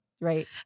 Right